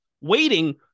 waiting